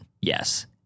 yes